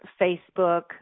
Facebook